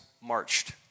marched